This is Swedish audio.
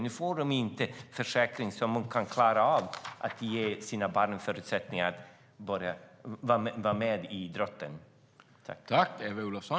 Nu får de inga försäkringspengar så att de kan klara av att ge sina barn förutsättningar att vara med i idrotten.